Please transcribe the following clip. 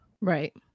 Right